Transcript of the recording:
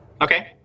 Okay